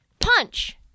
Punch